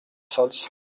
saulce